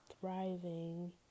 thriving